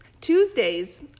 Tuesdays